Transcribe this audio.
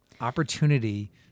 opportunity